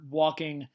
walking